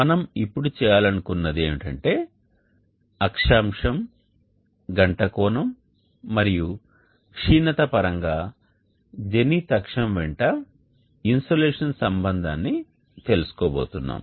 మనం ఇప్పుడు చేయాలనుకున్నది ఏమిటంటే అక్షాంశం గంట కోణం మరియు క్షీణత పరంగా జెనిత్ అక్షం వెంట ఇన్సోలేషన్ సంబంధాన్ని తెలుసుకోబోతున్నాము